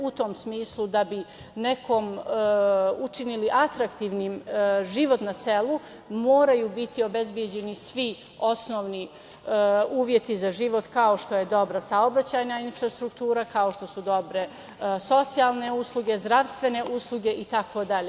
U tom smislu, da bi nekom učinili atraktivnim život na selu, moraju biti obezbeđeni svi osnovni uslovi za život, kao što je dobra saobraćajna infrastruktura, kao što su dobre socijalne usluge, zdravstvene usluge itd.